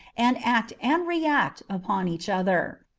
and act and react upon each other.